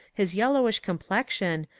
his yellowish complexion,